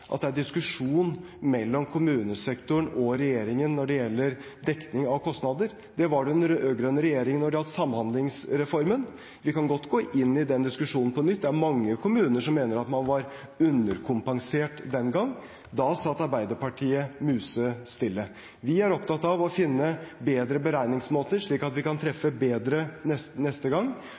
diskusjon mellom kommunesektoren og regjeringen når det gjelder dekning av kostnader. Det var det under den rød-grønne regjeringen når det gjaldt Samhandlingsreformen. Vi kan godt gå inn i den diskusjonen på nytt. Det er mange kommuner som mener at man var underkompensert den gang. Da satt Arbeiderpartiet musestille. Vi er opptatt av å finne bedre beregningsmåter, slik at vi kan treffe bedre neste gang.